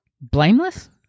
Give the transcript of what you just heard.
Blameless